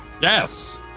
Yes